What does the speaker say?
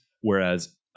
whereas